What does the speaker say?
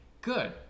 good